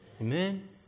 Amen